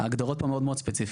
ההגדרות פה מאוד מאוד ספציפיות.